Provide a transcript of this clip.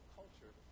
culture